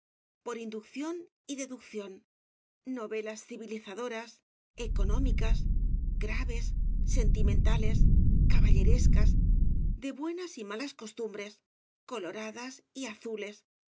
r inducción y deducción novelas civilizadoras económicas graves sentimentales caballerescas d e buenas y malas c o